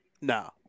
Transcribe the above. No